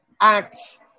acts